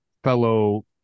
Fellow